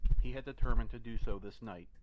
he had determined to do so this night,